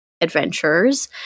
adventures